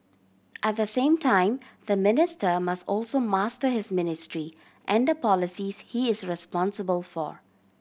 at the same time the minister must also master his ministry and the policies he is responsible for